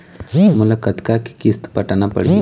मोला कतका के किस्त पटाना पड़ही?